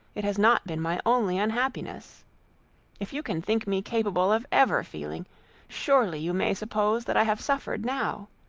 it has not been my only unhappiness if you can think me capable of ever feeling surely you may suppose that i have suffered now.